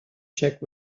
check